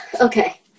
okay